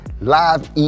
Live